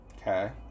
okay